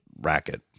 racket